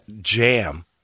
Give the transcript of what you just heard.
jam